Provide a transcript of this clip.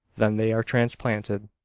then they are transplanted.